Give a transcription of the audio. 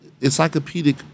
encyclopedic